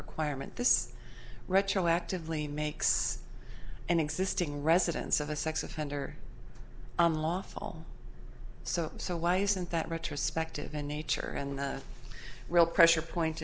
requirement this retroactively makes an existing residence of a sex offender unlawful so so why isn't that retrospective in nature and the real pressure point